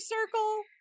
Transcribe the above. circle